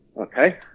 okay